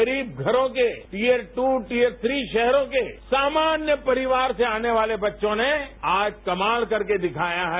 गरीब घरो के दीयर दू दीयर थ्री शहरो के सामान्य परिवार से आने वाले बच्चों ने कमाल कर के दिखाया है